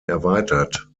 erweitert